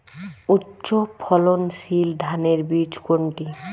উচ্চ ফলনশীল ধানের বীজ কোনটি?